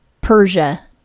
Persia